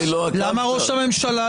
(חבר הכנסת יוראי להב הרצנו יוצא מחדר הוועדה.) חבר הכנסת להב הרצנו,